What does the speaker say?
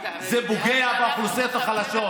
זה פוגע באוכלוסיות החלשות.